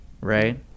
right